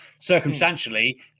Circumstantially